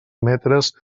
metres